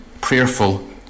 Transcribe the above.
prayerful